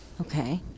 Okay